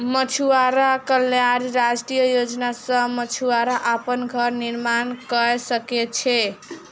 मछुआरा कल्याण राष्ट्रीय योजना सॅ मछुआरा अपन घर निर्माण कय सकै छै